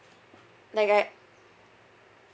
like I